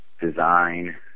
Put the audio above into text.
design